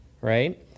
right